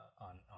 on